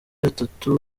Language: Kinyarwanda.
atatu